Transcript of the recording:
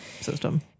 system